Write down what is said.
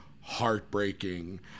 heartbreaking